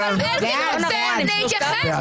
גם אלקין רוצה להתייחס.